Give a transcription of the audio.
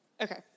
Okay